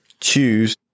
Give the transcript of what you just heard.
choose